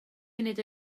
munud